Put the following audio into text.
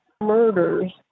murders